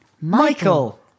Michael